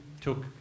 took